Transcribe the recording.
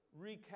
recap